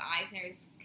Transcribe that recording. Eisner's